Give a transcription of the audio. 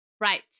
Right